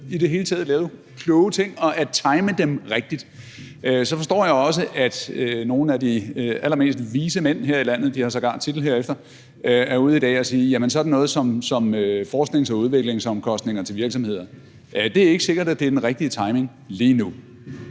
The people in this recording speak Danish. i det hele taget lave kloge ting og time dem rigtigt, så forstår jeg også, at nogle af de allermest vise mænd her i landet – de har sågar titel af det – er ude i dag at sige, at det ikke er sikkert, at sådan noget som fradrag for forsknings- og udviklingsomkostninger til virksomhederne er den rigtige timing lige nu.